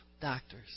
doctors